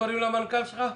בבקשה,